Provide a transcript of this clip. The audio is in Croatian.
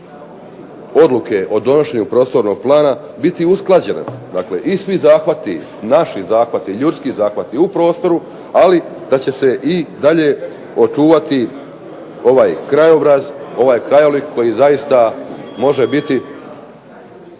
Odluke o donošenju Prostornog plana biti usklađena i svi zahvati, naši zahvati, ljudski zahvati u prostoru ali i da će se dalje očuvati ovaj krajobraz, ovaj krajolik koji zaista može biti